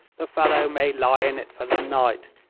the fellow may lie in it for the night,